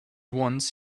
once